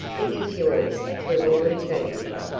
it is yours through all eternity.